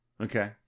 Okay